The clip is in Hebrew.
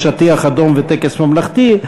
לשטיח אדום וטקס ממלכתי,